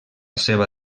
seva